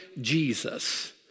Jesus